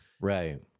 right